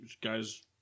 guy's